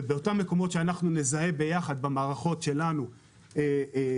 ובאותם מקומות שאנחנו נזהה יחד במערכות שלנו שמנסים